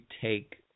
take